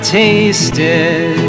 tasted